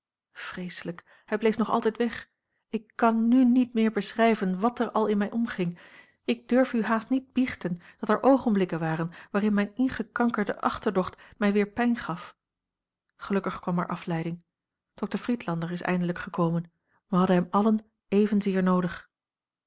vreeslijk hij bleef nog altijd weg ik kan n niet meer beschrijven wàt er al in mij omging ik durf u haast niet biechten dat er oogenblikken waren waarin mijne ingekankerde achterdocht mij weer pijn gaf gelukkig kwam er afleiding dokter friedlander is eindelijk gekomen wij hadden hem allen evenzeer noodig